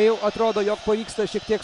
jau atrodo jog pavyksta šiek tiek